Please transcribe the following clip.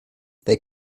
they